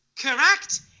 Correct